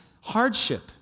hardship